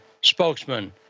spokesman